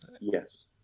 Yes